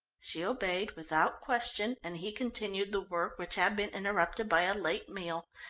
she obeyed without question, and he continued the work which had been interrupted by a late meal,